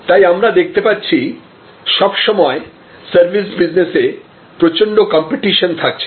তাই আমরা দেখতে পাচ্ছি সব সময় সার্ভিস বিজনেসে প্রচন্ড কম্পিটিশন থাকছে